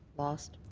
lost.